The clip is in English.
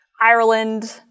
Ireland